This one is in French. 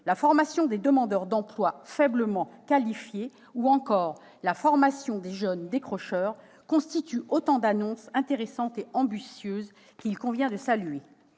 la formation des demandeurs d'emploi faiblement qualifiés ou encore la formation des jeunes « décrocheurs » constituent autant d'annonces intéressantes et ambitieuses, qu'il convient de saluer.